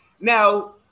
Now